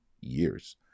years